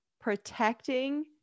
protecting